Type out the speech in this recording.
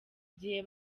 igihe